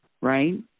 Right